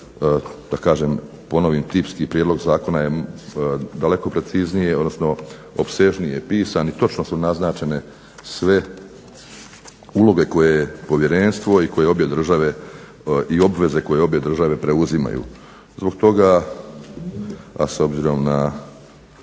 da ovaj da ponovim tipski prijedlog zakona je daleko preciznije, odnosno opsežnije pisan i točno su naznačene sve uloge koje povjerenstvo i koje obje države i obveze koje obje države preuzimaju. Zbog toga, a s obzirom na